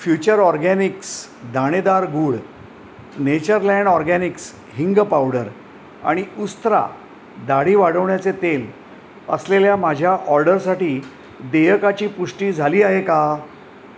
future organics दाणेदार गूळ Natureland organics हिंग पावडर आणि उस्त्रा दाढी वाढवण्याचे तेल असलेल्या माझ्या ऑर्डरसाठी देयकाची पुष्टी झाली आहे का